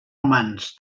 humans